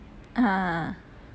ah ah ah